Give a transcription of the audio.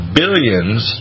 billions